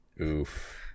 Oof